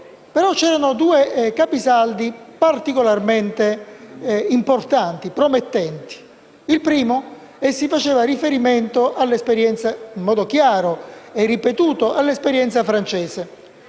ma c'erano due capisaldi particolarmente importanti e promettenti, e si faceva riferimento in modo chiaro e ripetuto all'esperienza francese.